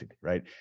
right